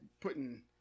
putting